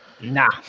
Nah